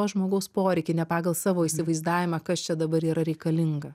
žmogaus poreikį ne pagal savo įsivaizdavimą kas čia dabar yra reikalinga